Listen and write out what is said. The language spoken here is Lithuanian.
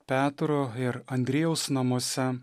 petro ir andriejaus namuose